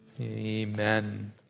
amen